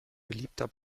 beliebter